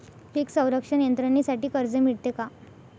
पीक संरक्षण यंत्रणेसाठी कर्ज मिळते का?